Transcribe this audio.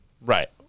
Right